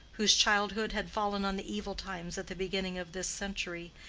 whose childhood had fallen on the evil times at the beginning of this century,